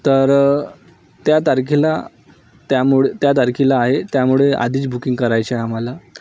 तर त्या तारखेला त्यामुळे त्या तारखेला आहे त्यामुळे आधीच बुकिंग करायची आहे आम्हाला